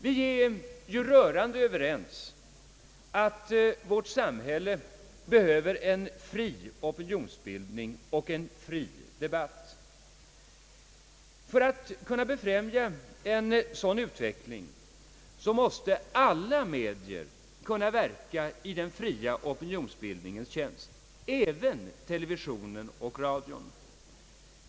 Vi är helt överens om att vårt samhälle behöver en fri opinionsbildning och en fri debatt. För att kunna befrämja en sådan utveckling måste alla medier kunna verka i den fria opinionsbildningens tjänst — även televisionen och radion.